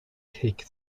take